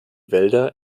wälder